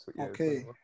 Okay